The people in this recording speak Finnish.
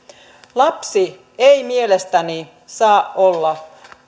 lapsi ei mielestäni saa olla